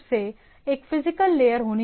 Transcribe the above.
अन्यथा स्टैंडर्डाइजेशन एक बड़ी चुनौती होगी